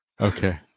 Okay